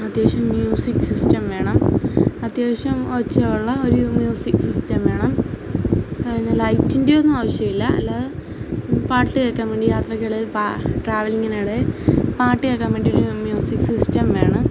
അത്യാവശ്യം music system വേണം അത്യാവശ്യം ഒച്ച ഉള്ള ഒര് മ്യൂസിക് സിസ്റ്റം വേണം പിന്നെ ലൈറ്റിൻ്റെ ഒന്നും ആവശ്യമില്ല അല്ലാതെ പാട്ട് കേൾക്കാൻ വേണ്ടി യാത്രയ്ക്ക് ഇടയിൽ ട്രാവലിങ്ങിനിടെ പാട്ട് കേൾക്കാൻ വേണ്ടിയിട്ടൊരു മ്യൂസിക് സിസ്റ്റം വേണം